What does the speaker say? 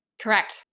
Correct